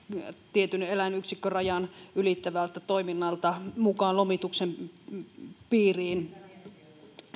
tietyn eläinyksikkörajan ylittävältä toiminnalta mukaan lomituksen piiriin